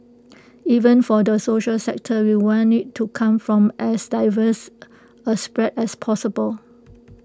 even for the social sector we want IT to come from as diverse A spread as possible